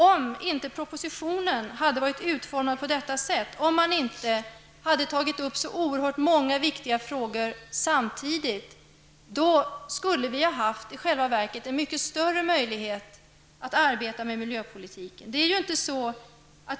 Om propositionen inte hade varit utformad som den är och om man hade låtit bli att ta upp så oerhört många viktiga frågor samtidigt, skulle vi i själva verket ha haft mycket större möjligheter att arbeta med miljöpolitiken.